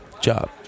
job